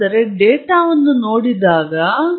ಈ ಕಾರಣಕ್ಕಾಗಿ ವ್ಯತ್ಯಾಸವನ್ನು ನಿಖರವಾಗಿ ಸೂಚಿಸಲಾಗುತ್ತದೆ